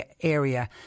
area